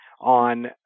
on